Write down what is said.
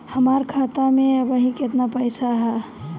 हमार खाता मे अबही केतना पैसा ह?